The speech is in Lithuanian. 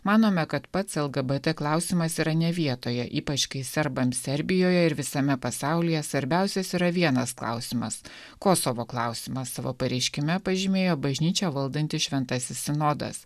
manome kad pats lgbt klausimas yra ne vietoje ypač kai serbams serbijoje ir visame pasaulyje svarbiausias yra vienas klausimas kosovo klausimą savo pareiškime pažymėjo bažnyčią valdantis šventasis sinodas